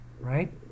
right